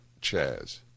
Chaz